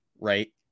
right